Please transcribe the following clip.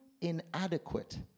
inadequate